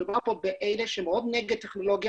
מדובר על אלה שמאוד נגד טכנולוגיה